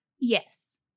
Yes